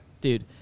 Dude